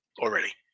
already